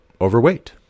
overweight